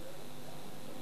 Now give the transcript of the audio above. ראש הממשלה.